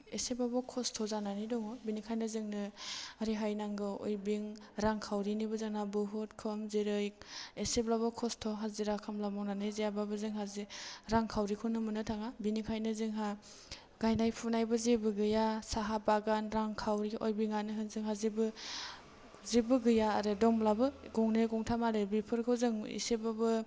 एसेबाबो खस्थ' जानानै दङ बेनिखायनो जोंनो रेहाय नांगौ अयबिं रांखावरिनिबो जोंनाव बहुद खम जेरै इसेब्लाबो खस्थ' हाजिरा खामला मावनानै जायाबाबो जोंंहा जि रांखावरिखौनो मोननो थाङा बेनिखायनो जोंहा गाइनाय फुनायबो जेबो गैया साहा बागान रांखावरि अयबिंआनो होन जोंहा जेबो जेबो गैया आरो दंब्लाबो गंनै गंथाम आरो बेफोरखौ जों इसेबाबो